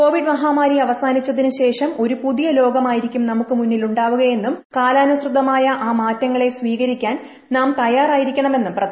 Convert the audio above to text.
Covid മഹാമാരി അവസാനിച്ചതിന് ശേഷം ഒരു പുതിയ ലോകമായിരിക്കും നമുക്ക് മുന്നിലുണ്ടാവുകയെന്നും കാലാനുസൃതമായ ആ മാറ്റങ്ങളെ സ്വീകരിക്കാൻ നാം തയ്യാറായിരിക്കണമെന്നും വ്യക്തമാക്കി